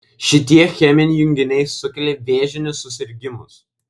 šitie cheminiai junginiai sukelia vėžinius susirgimus